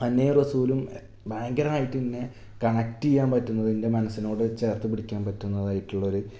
അന്നയും റസൂലും ഭയങ്കരമായിട്ടു തന്നെ കണക്റ്റ് ചെയ്യാൻ പറ്റുന്നത് എൻ്റെ മനസ്സിനോട് ചേർത്തു പിടിക്കാൻ പറ്റുന്നതായിട്ടുള്ളൊരു